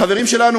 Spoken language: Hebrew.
חברים שלנו,